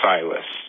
Silas